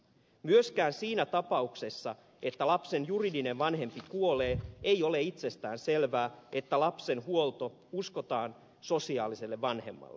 myöskään siinä tapauksessa että lapsen juridinen vanhempi kuolee ei ole itsestään selvää että lapsen huolto uskotaan sosiaaliselle vanhemmalle